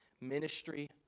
Ministry